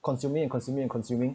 consuming and consuming and consuming